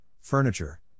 furniture